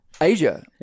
Asia